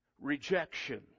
rejection